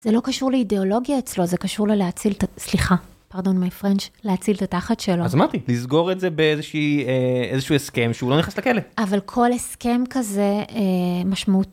זה לא קשור לאידיאולוגיה אצלו, זה קשור ללהציל את ה... סליחה, פרדון מייפרנץ', להציל את התחת שלו. אז אמרתי, לסגור את זה באיזשהי אה.. איזשהו הסכם שהוא לא נכנס לכלא. אבל כל הסכם כזה, משמעות.